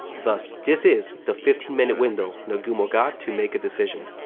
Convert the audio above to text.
thus, this is the fifteen minute window nagumo got to make a decision.